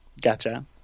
gotcha